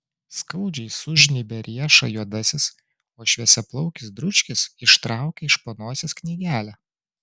skaudžiai sužnybia riešą juodasis o šviesiaplaukis dručkis ištraukia iš po nosies knygelę